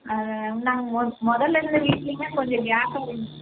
அது நாங்கள் மொ முதல்ல இருந்த வீட்லேங்க கொஞ்சம் கேப்பாக இருந்துச்சி